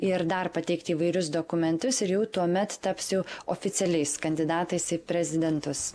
ir dar pateikti įvairius dokumentus ir jau tuomet taps jau oficialiais kandidatais į prezidentus